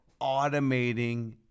Automating